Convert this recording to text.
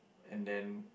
and then